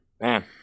man